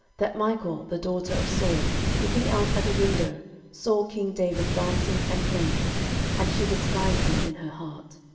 that michal, the daughter of saul looking out at a window saw king david dancing and playing and she despised him in her heart.